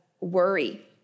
worry